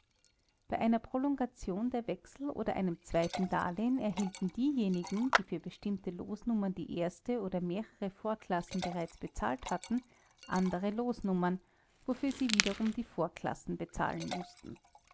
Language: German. bei einer prolongation der wechsel oder einem zweiten darlehen erhielten diejenigen die für bestimmte losnummern die erste oder mehrere vorklassen bereits bezahlt hatten andere losnummern wofür sie wiederum die vorklassen bezahlen mußten